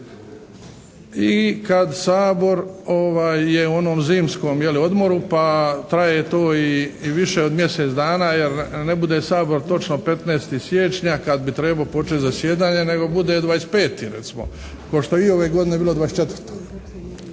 i kad Sabor je u onom zimskom, je li, odmoru pa traje to i više od mjesec dana jer ne bude Sabor točno 15. siječnja kad bi trebao počet zasjedanje nego bude 25., recimo. Ko što je i ove godine bilo 24.